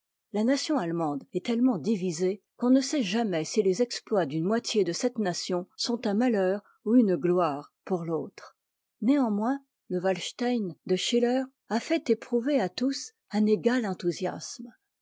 la nation allemande est tellement divisée qu'on ne sait jamais si les exploits d'une moitié de cette nation sont un malheur ou une gloire pour l'autre néanmoins le walstein de schiller a fait éprouver à tous un égal enthousiasme